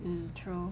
um true